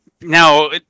Now